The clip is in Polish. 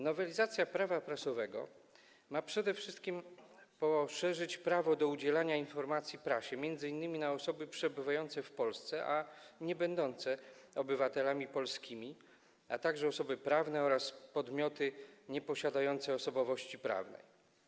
Nowelizacja Prawa prasowego ma przede wszystkim poszerzyć prawo do udzielania informacji prasie, jeżeli chodzi o osoby przebywające w Polsce, ale niebędące obywatelami polskimi, a także osoby prawne oraz podmioty nieposiadające osobowości prawnej.